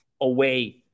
away